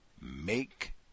Make